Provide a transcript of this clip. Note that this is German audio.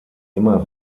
immer